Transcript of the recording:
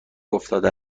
افتاده